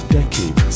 decade